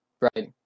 right